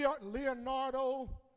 Leonardo